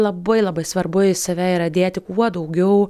labai labai svarbu į save yra dėti kuo daugiau